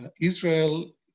Israel